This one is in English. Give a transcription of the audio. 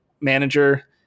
manager